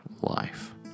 life